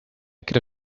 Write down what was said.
could